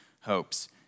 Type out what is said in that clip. hopes